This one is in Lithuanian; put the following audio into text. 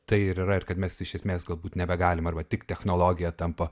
tai ir yra ir kad mes iš esmės galbūt nebegalim arba tik technologija tampa